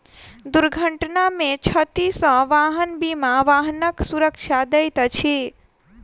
दुर्घटना में क्षति सॅ वाहन बीमा वाहनक सुरक्षा दैत अछि